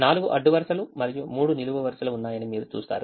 4 అడ్డు వరుసలు మరియు 3 నిలువు వరుసలు ఉన్నాయని మీరు చూస్తారు